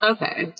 Okay